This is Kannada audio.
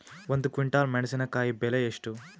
ಒಂದು ಕ್ವಿಂಟಾಲ್ ಮೆಣಸಿನಕಾಯಿ ಬೆಲೆ ಎಷ್ಟು?